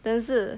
但是